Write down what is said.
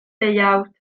deuawd